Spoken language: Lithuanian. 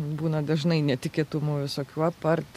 būna dažnai netikėtumų visokių apart